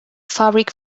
fabric